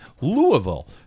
Louisville